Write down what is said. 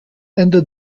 ende